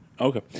Okay